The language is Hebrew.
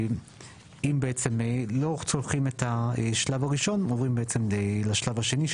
אם לא צולחים את השלב הראשון עוברים לשלב השני,